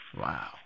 Wow